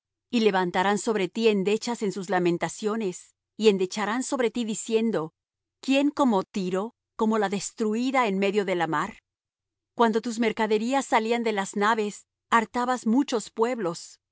y levantarán sobre ti endechas en sus lamentaciones y endecharán sobre ti diciendo quién como tiro como la destruída en medio de la mar cuando tus mercaderías salían de las naves hartabas muchos pueblos los reyes de